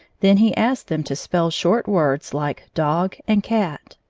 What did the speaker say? then he asked them to spell short words like dog and cat.